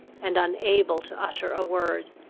and unable to utter a word?